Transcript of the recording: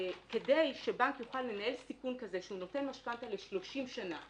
כדי שבנק יוכל לנהל סיכון כזה שהוא נותן משכנתה ל-30 שנה,